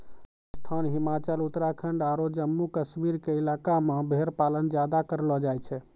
राजस्थान, हिमाचल, उत्तराखंड आरो जम्मू कश्मीर के इलाका मॅ भेड़ पालन ज्यादा करलो जाय छै